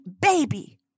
baby